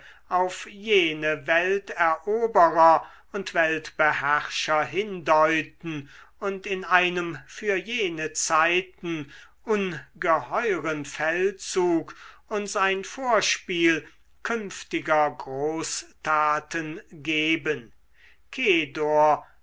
auf jene welteroberer und weltbeherrscher hindeuten und in einem für jene zeiten ungeheuren feldzug uns ein vorspiel künftiger großtaten geben kedor